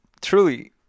truly